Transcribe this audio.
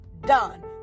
done